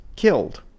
killed